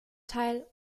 teil